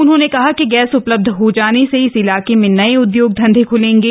उन्होंने कहा कि गैस उपलब्ध हो जाने से इस इलाके में नए उद्योग धंधे ख्लेंगे